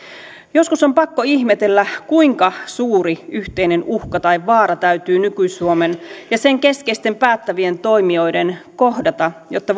joskus on pakko ihmetellä kuinka suuri yhteinen uhka tai vaara täytyy nyky suomen ja sen keskeisten päättävien toimijoiden kohdata jotta